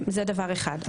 זה דבר אחד.